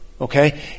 okay